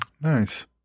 Nice